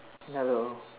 hello